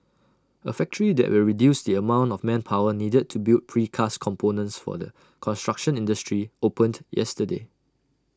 A factory that will reduce the amount of manpower needed to build precast components for the construction industry opened yesterday